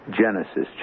Genesis